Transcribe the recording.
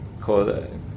called